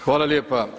Hvala lijepa.